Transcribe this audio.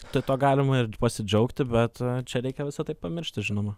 tai tuo galima ir pasidžiaugti bet čia reikia visa tai pamiršti žinoma